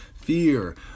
Fear